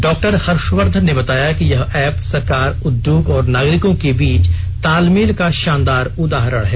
doctor Harshvardhan ने बताया कि यह ऐप सरकार उद्योग और नागरिकों के बीच तालमेल का शानदार उदाहरण है